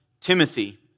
Timothy